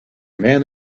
man